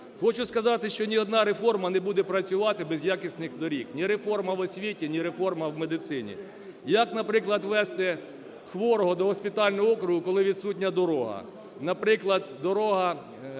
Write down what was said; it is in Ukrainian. Хочу сказати, що ні одна реформа не буде працювати без якісних доріг: ні реформа в освіті, ні реформа в медицині. Як, наприклад, везти хворого до госпітального округу, коли відсутня дорога,